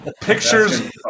Pictures